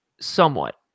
somewhat